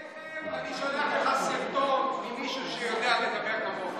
תכף אני שולח לך סרטון ממישהו שיודע לדבר כמוך.